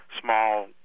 Small